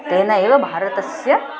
तेन एव भारतस्य